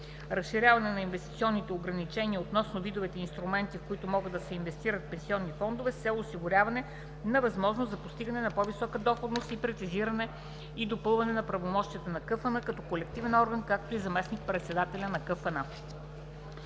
разширяване на инвестиционните ограничения относно видовете инструменти, в които могат да инвестират пенсионните фондове, с цел осигуряване на възможност за постигане на по-висока доходност и прецизиране и допълване на правомощията на Комисията за финансов надзор като колективен орган, както и на заместник-председателя на